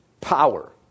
power